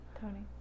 Tony